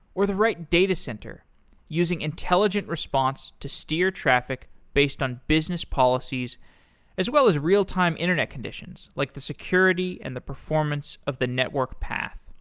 or the right datacenter using intelligent response to steer traffic based on business policies as well as real time internet conditions, like the security and the performance of the network path.